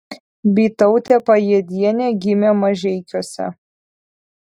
bytautė pajėdienė gimė mažeikiuose